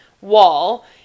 wall